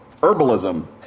herbalism